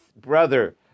brother